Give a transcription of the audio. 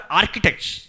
architects